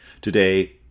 Today